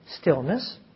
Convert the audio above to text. stillness